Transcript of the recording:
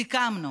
סיכמנו